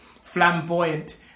flamboyant